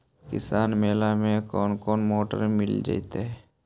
किसान मेला में कोन कोन मोटर मिल जैतै?